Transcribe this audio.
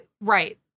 right